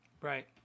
Right